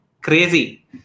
crazy